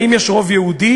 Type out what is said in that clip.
האם יש רוב יהודי?